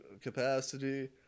capacity